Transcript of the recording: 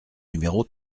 numéro